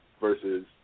versus